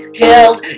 killed